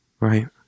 Right